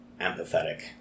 empathetic